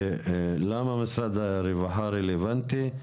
ולמה משרד הרווחה רלוונטי?